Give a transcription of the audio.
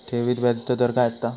ठेवीत व्याजचो दर काय असता?